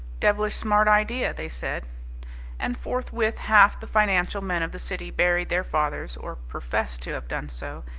devilish smart idea! they said and forthwith half the financial men of the city buried their fathers, or professed to have done so,